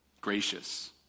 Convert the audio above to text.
gracious